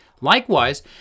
Likewise